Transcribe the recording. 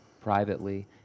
privately